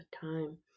time